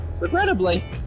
Regrettably